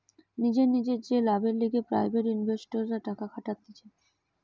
নিজের নিজের যে লাভের লিগে প্রাইভেট ইনভেস্টররা টাকা খাটাতিছে